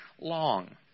Long